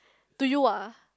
to you ah